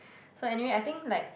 so anyway I think like